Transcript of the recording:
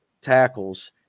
tackles